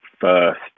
first